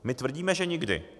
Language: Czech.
My tvrdíme, že nikdy.